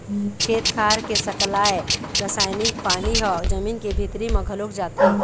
खेत खार के सकलाय रसायनिक पानी ह जमीन के भीतरी म घलोक जाथे